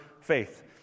faith